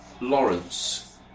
Lawrence